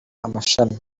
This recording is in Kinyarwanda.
amashami